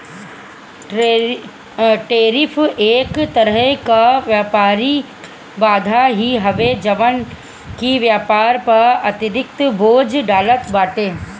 tariff एक तरही कअ व्यापारिक बाधा ही हवे जवन की व्यापार पअ अतिरिक्त बोझ डालत बाटे